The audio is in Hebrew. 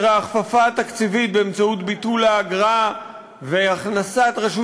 וההכפפה התקציבית באמצעות ביטול האגרה והכנסת רשות